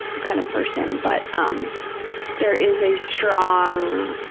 kind of person, but um there is a strong